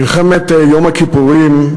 מלחמת יום הכיפורים,